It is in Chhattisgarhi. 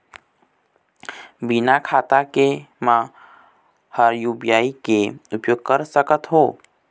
बिना खाता के म हर यू.पी.आई के उपयोग कर सकत हो?